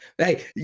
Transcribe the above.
Hey